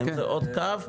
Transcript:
עוד קו,